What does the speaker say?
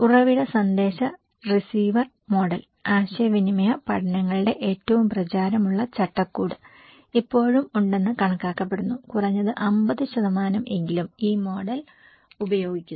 ഉറവിട സന്ദേശ receiver model ആശയവിനിമയ പഠനങ്ങളുടെ ഏറ്റവും പ്രചാരമുള്ള ചട്ടക്കൂട് ഇപ്പോഴും ഉണ്ടെന്ന് കണക്കാക്കപ്പെടുന്നു കുറഞ്ഞത് 50 എങ്കിലും ഈ മോഡൽ ഉപയോഗിക്കുന്നു